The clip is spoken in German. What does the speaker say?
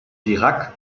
dirac